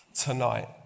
tonight